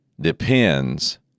depends